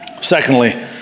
Secondly